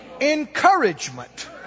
encouragement